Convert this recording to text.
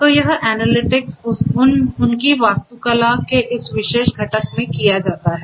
तो यह एनालिटिक्स उनकी वास्तुकला के इस विशेष घटक में किया जाता है